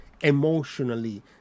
emotionally